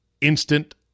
instant